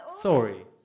Sorry